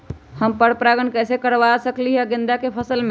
हम पर पारगन कैसे करवा सकली ह गेंदा के फसल में?